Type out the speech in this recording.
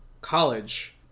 college